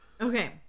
Okay